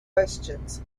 questions